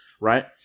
right